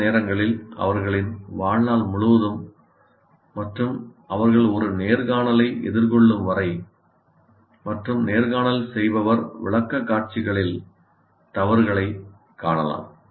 சில நேரங்களில் அவர்களின் வாழ்நாள் முழுவதும் மற்றும் அவர்கள் ஒரு நேர்காணலை எதிர்கொள்ளும் வரை மற்றும் நேர்காணல் செய்பவர் விளக்கக்காட்சிகளில் தவறுகளைக் காணலாம்